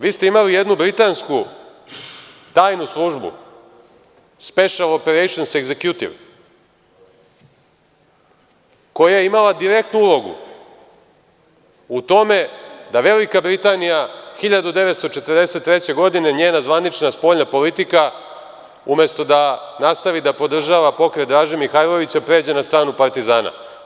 Vi ste imali jednu britansku tajnu službu Special Operations Executive koja je imala direktnu ulogu u tome da Velika Britanija 1943. godine, njena zvanična spoljna politika umesto da nastavi da podržava pokret Draže Mihajlovića pređe na stranu partizana.